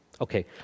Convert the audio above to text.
Okay